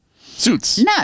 Suits